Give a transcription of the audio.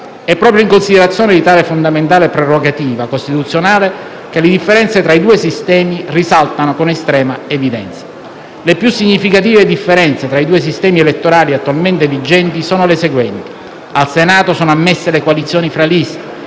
è proprio in considerazione di tale fondamentale prerogativa costituzionale che le differenze tra i due sistemi risaltano con estrema evidenza. Le più significative differenze tra i due sistemi elettorali attualmente vigenti sono le seguenti. Al Senato sono ammesse le coalizioni tra liste,